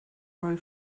grow